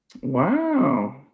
Wow